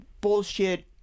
bullshit